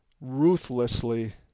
ruthlessly